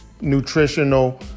nutritional